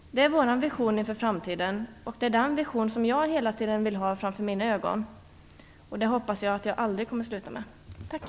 Det är vår vision inför framtiden, och det är den visionen som jag hela tiden vill ha framför mina ögon. Jag hoppas att jag aldrig kommer att sluta med det.